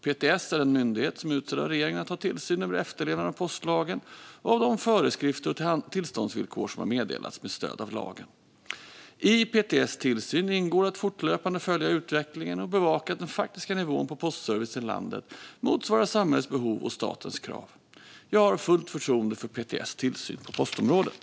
PTS är den myndighet som är utsedd av regeringen att ha tillsyn över efterlevnaden av postlagen och av de föreskrifter och tillståndsvillkor som har meddelats med stöd av lagen. I PTS tillsyn ingår att fortlöpande följa utvecklingen och bevaka att den faktiska nivån på postservicen i landet motsvarar samhällets behov och statens krav. Jag har fullt förtroende för PTS tillsyn på postområdet.